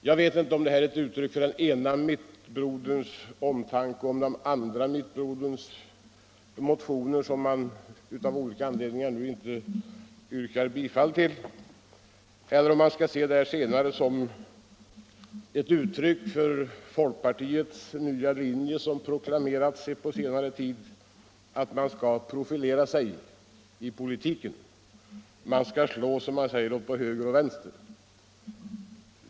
Jag vet inte om det är ett uttryck för den ene mittbroderns omtanke om den andre mittbroderns motioner som denne av olika anledningar inte yrkar bifall till eller om det skall betraktas som ett uttryck för folkpartiets nya linje att man skall profilera sig i politiken — man skall slå både åt höger och vänster.